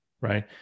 Right